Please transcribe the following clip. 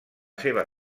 seva